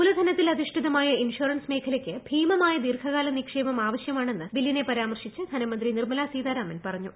മൂലധനത്തിലധിഷ്ഠിതമായ insurance മേഖലയ്ക്ക് ഭീമമായ ദീർഘകാല നിക്ഷേപം ആവശ്യമാണെന്ന് ബില്ലിനെ പരാമർശിച്ചു ധനമന്ത്രി നിർമ്മല സീതാരാമൻ പറഞ്ഞു